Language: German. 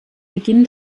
beginn